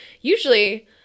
Usually